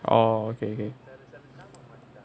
oh okay okay